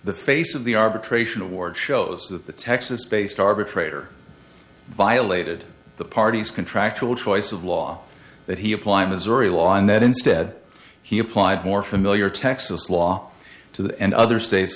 the face of the arbitration award shows that the texas based arbitrator violated the party's contractual choice of law that he apply missouri law and that instead he applied more familiar texas law to the end other states